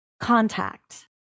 contact